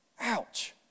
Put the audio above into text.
Ouch